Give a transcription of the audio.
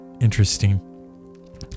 interesting